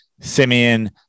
Simeon